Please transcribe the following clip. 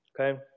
Okay